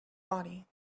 body